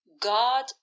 God